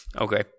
Okay